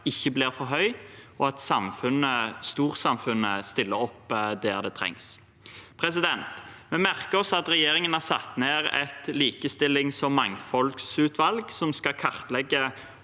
ikke blir for høy, og at storsamfunnet stiller opp der det trengs. Vi merker oss at regjeringen har satt ned et likestillings- og mangfoldsutvalg som skal kartlegge